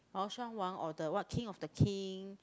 mao-shan-wang or the what King of the King